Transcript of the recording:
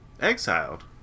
Exiled